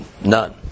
none